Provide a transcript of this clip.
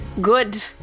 Good